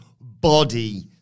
body